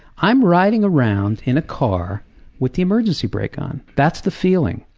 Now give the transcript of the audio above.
i'm riding around in a car with the emergency brake on, that's the feeling.